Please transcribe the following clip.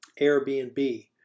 Airbnb